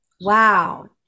Wow